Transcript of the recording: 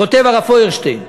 כותב הרב פיירשטיין,